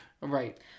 Right